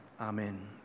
Amen